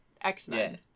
X-Men